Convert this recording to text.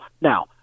Now